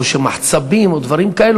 מחצבים ודברים כאלה.